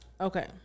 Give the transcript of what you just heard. Okay